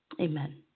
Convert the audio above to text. Amen